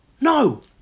No